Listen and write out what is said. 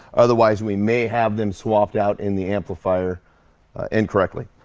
otherwise we may have them swapped out in the amplifier incorrectly.